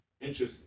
Interesting